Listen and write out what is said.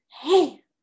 Hey